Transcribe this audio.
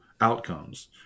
outcomes